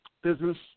business